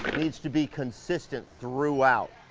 needs to be consistent throughout.